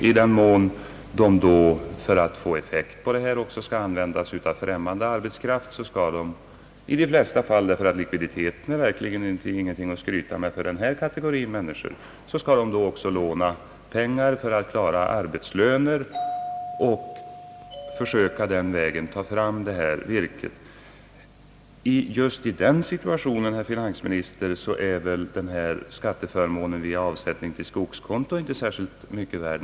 I den mån de för att kunna få fram virket måste använda sig av främmande arbetskraft tvingas de i de flesta fall att låna pengar även till arbetslöner, ty likviditeten i den här kategorin är verkligen ingenting att skryta med. Just i den situationen, herr finansminster, är denna skatteförmån vid avsättning till skogskonto inte särskilt mycket värd.